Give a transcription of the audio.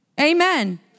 Amen